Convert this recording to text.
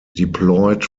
deployed